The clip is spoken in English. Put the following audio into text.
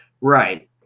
Right